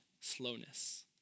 slowness